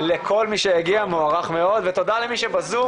ואני חושב שבאמת בהקשרים האלה של בריאות הנפש יש משהו